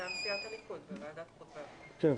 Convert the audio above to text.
מטעם סיעת הליכוד בוועדת החוץ והביטחון.